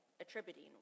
attributing